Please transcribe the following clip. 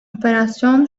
operasyon